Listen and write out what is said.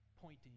pointing